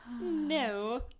No